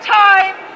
time